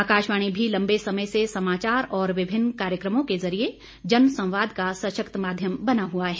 आकाशवाणी भी लंबे समय से समाचार और विभिन्न कार्यक्रमों के जरिये जन संवाद का सशक्त माध्यम बना हुआ है